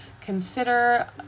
consider